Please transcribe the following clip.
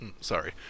Sorry